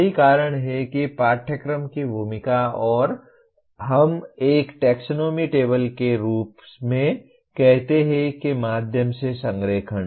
यही कारण है कि पाठ्यक्रम की भूमिका और हम एक टेक्सोनोमी टेबल के रूप में कहते हैं के माध्यम से संरेखण